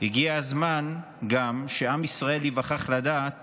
הגיע הזמן גם שעם ישראל ייווכח לדעת